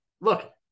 Look